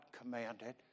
commanded